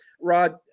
Rod